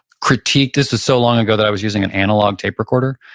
critique, this was so long ago that i was using an analog tape recorder.